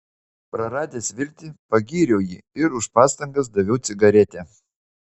praradęs viltį pagyriau jį ir už pastangas daviau cigaretę